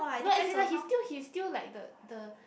no as in like he's still he's still like the the